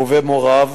הוא ומוריו,